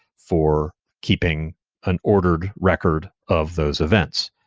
for keeping an ordered record of those events.